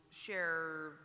share